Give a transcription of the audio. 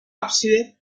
ábside